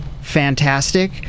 fantastic